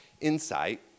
insight